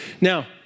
Now